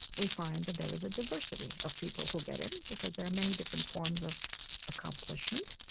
we find that there is a diversity of people who get in because there are many different forms of accomplishment.